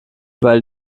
weil